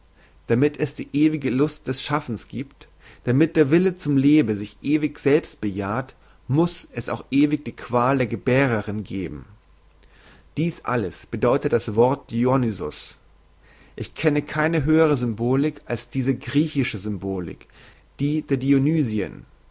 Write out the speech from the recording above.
damit es die lust des schaffens giebt damit der wille zum leben sich ewig selbst bejaht muss es auch ewig die qual der gebärerin geben dies alles bedeutet das wort dionysos ich kenne keine höhere symbolik als diese griechische symbolik die der